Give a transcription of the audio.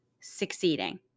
succeeding